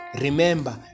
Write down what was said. remember